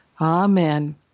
Amen